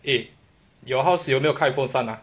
eh your house 有没有开风扇 ah